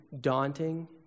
daunting